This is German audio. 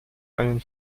einen